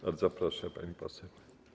Bardzo proszę, pani poseł.